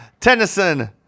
Tennyson